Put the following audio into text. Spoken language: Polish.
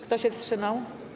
Kto się wstrzymał?